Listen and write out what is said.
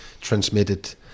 transmitted